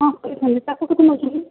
ହଁ କରାଇଥାନ୍ତି ତାକୁ କେତେ ନେଉଛନ୍ତି